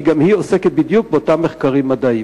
כי גם היא עוסקת בדיוק באותם מחקרים מדעיים.